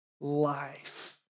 life